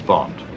Bond